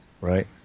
right